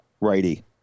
Righty